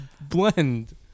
blend